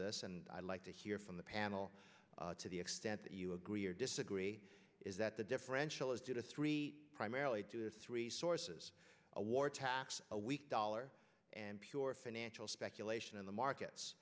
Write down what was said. this and i'd like to hear from the panel to the extent that you agree or disagree is that the differential is due to three primarily three sources a war tax weak dollar and pure financial speculation in the markets